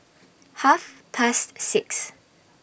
Half Past six